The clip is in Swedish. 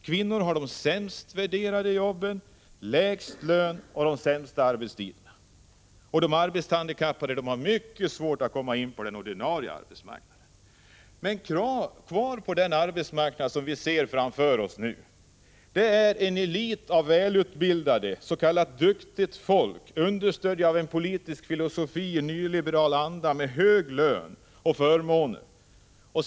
Kvinnor har de lägst värderade jobben med lägst lön och sämst arbetstid. De arbetshandikappade har mycket svårt att komma in på den ordinarie arbetsmarknaden. Kvar på den arbetsmarknad som vi ser framför oss nu är en elit av välutbildat s.k. duktigt folk, understödd av en politisk filosofi i nyliberal anda med hög lön och många förmåner.